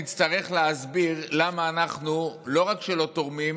נצטרך להסביר למה אנחנו לא רק שלא תורמים,